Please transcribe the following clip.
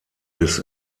des